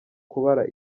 kubara